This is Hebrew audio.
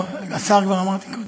לא, השר כבר אמרתי קודם.